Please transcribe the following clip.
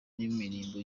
n’imirimbo